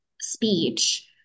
speech